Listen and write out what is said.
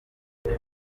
peter